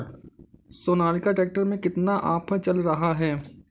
Sonalika tractor में कितना offer चल रहा है?